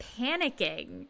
panicking